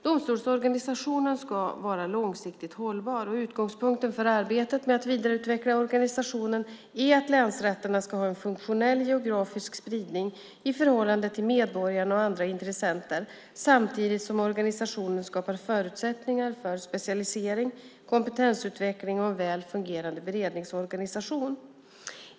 Domstolsorganisationen ska vara långsiktigt hållbar. Utgångspunkten för arbetet med att vidareutveckla organisationen är att länsrätterna ska ha en funktionell geografisk spridning i förhållande till medborgarna och andra intressenter samtidigt som organisationen skapar förutsättningar för specialisering, kompetensutveckling och en väl fungerande beredningsorganisation.